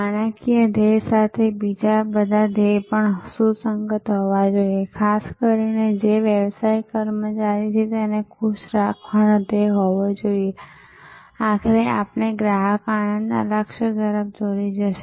નાણાકીય ધ્યેય સાથે બીજા બધા ધ્યેય પણ સુસંગત હોવા જોઈએ ખાસ કરીને જે સેવા વ્યવસાય કર્મચારી છે તેને ખુશ રાખવાનો ધ્યેય હોવો જોઈએ જે આખરે આપણને ગ્રાહક આનંદ ના લક્ષ્ય તરફ દોરી જશે